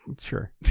Sure